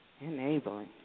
enabling